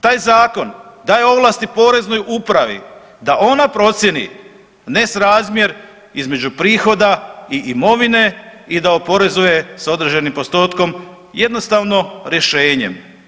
Taj zakon daje ovlasti Poreznoj upravi da ona procijeni nesrazmjer između prihoda i imovine i da oporezuje s određenim postotkom jednostavno rješenjem.